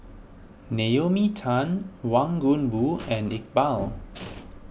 Naomi Tan Wang Gungwu and Iqbal